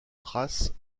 thrace